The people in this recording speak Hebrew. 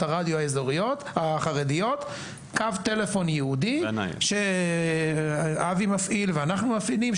הרדיו האזוריות החרדיות קו טלפון ייעודי שאבי מפעיל ואנחנו מפעילים,